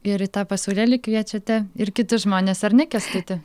ir į tą pasaulėlį kviečiate ir kitus žmones ar ne kęstuti